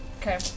okay